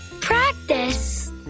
Practice